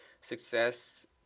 Success